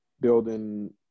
building